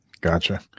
Gotcha